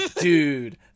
dude